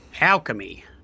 Alchemy